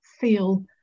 feel